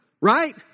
right